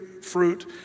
fruit